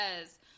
yes